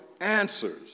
answers